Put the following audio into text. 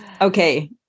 Okay